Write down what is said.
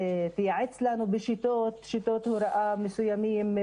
תייעץ לנו בשיטות, שיטות הוראה מסוימות.